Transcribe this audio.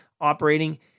operating